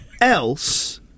else